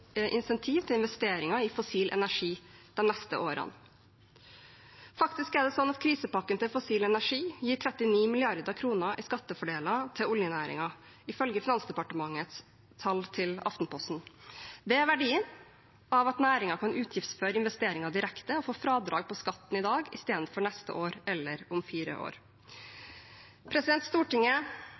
insentiv til investeringer i fossil energi de neste årene. Faktisk er det sånn at krisepakken til fossil energi gir 39 mrd. kr i skattefordeler til oljenæringen, ifølge Finansdepartementets tall til Aftenposten. Det er verdien av at næringen kan utgiftsføre investeringer direkte og få fradrag på skatten i dag istedenfor neste år eller om fire år. Stortinget